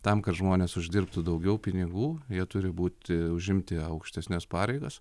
tam kad žmonės uždirbtų daugiau pinigų jie turi būti užimti aukštesnes pareigas